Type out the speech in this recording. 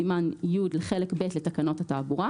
הפרה או עבירה של הוראה מהוראות סימן י' לחלק ב' לתקנות התעבורה.